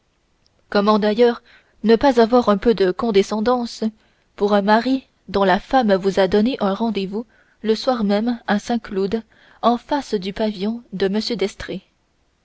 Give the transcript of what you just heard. d'ailleurs ne pas avoir un peu de condescendance pour un mari dont la femme vous a donné un rendez-vous le soir même à saint-cloud en face du pavillon de m